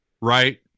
right